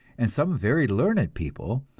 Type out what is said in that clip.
and some very learned people,